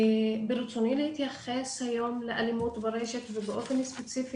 ברצוני להתייחס היום לאלימות ברשת ובאופן ספציפי